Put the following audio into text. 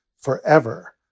forever